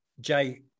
Jay